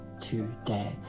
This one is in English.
today